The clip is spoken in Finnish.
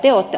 hyvä